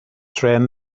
trên